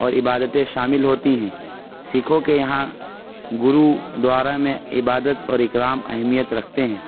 اور عبادتیں شامل ہوتی ہیں سکھوں کے یہاں گرو دوارا میں عبادت اور اکرام اہمیت رکھتے ہیں